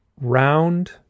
round